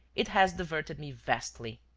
it has diverted me vastly.